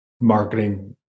marketing